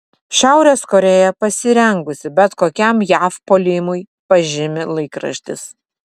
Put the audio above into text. šiaurės korėja pasirengusi bet kokiam jav puolimui pažymi laikraštis